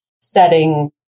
setting